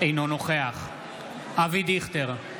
אינו נוכח אבי דיכטר,